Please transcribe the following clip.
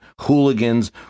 hooligans